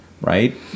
right